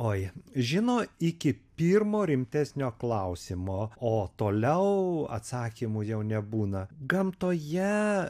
oi žino iki pirmo rimtesnio klausimo o toliau atsakymų jau nebūna gamtoje